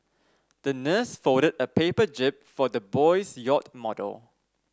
the nurse folded a paper jib for the little boy's yacht model